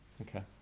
Okay